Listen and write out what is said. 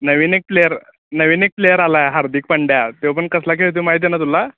नवीन एक प्लेयर नवीन एक प्लेयर आला आहे हार्दिक पांड्या तो पण कसला खेळतोय माहीत आहे ना तुला